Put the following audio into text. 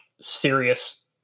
serious